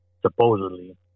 supposedly